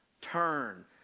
turn